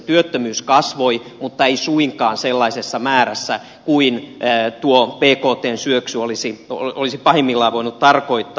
työttömyys kasvoi mutta ei suinkaan sellaisessa määrässä kuin tuo bktn syöksy olisi pahimmillaan voinut tarkoittaa